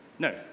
No